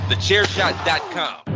Thechairshot.com